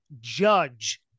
judge